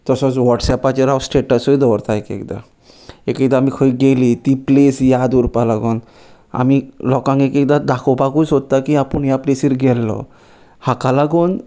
तसोच वॉट्सॅपाचेर हांव स्टेटसूय दवरता एक एकदां आमी खंय गेली ती प्लेस याद उरपा लागोन आमी लोकांक एकदां दाखोवपाकूय सोदता की आपूण ह्या प्लेसीर गेल्लो हाका लागून